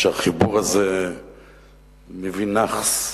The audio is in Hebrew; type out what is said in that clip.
שהחיבור הזה מביא "נאחס",